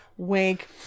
Wink